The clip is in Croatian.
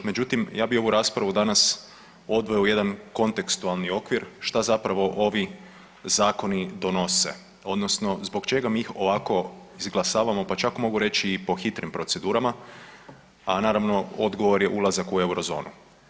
Međutim, ja bi ovu raspravu danas odveo u jedan kontekstualni oblik šta zapravo ovi zakoni donose odnosno zbog čega mi ih ovako izglasavamo, pa čak mogu reći i po hitnim procedurama, a naravno odgovor je ulazak u Eurozonu.